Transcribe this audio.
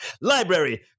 library